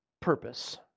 purpose